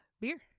beer